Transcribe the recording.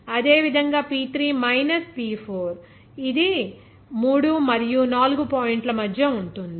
అదేవిధంగా P 3 minus P 4 ఇది 3 మరియు 4 పాయింట్ల మధ్య ఉంటుంది